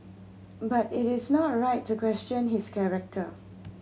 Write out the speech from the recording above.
but it is not right to question his character